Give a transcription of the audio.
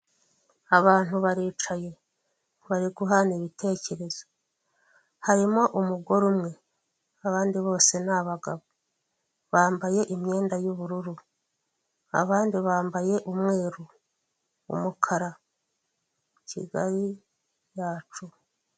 Abantu baricaye bari guhana ibitekerezo. Harimo umugore umwe, abandi bose ni abagabo bambaye imyenda y'ubururu abandi bambaye umweru, umukara, Kigali yacu.